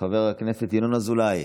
חבר הכנסת ישראל אייכלר,